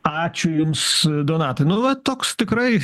ačiū jums donatui nu vat toks tikrai